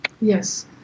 yes